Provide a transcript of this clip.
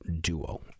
duo